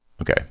Okay